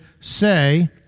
say